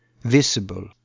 visible